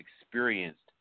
experienced